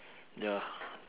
ya